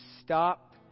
stop